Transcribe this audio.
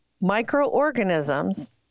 microorganisms